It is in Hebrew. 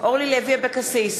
אורלי לוי אבקסיס,